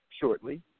shortly